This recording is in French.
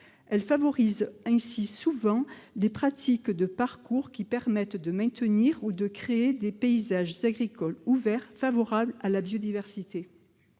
Elle favorise ainsi souvent les pratiques de parcours qui permettent de maintenir ou de créer des paysages agricoles ouverts, favorables à la biodiversité.